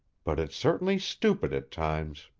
but it's certainly stupid at times.